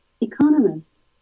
Economist